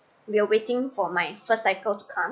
we are waiting for my first cycle to come